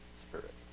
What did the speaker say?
spirit